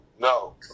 no